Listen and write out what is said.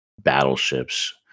battleships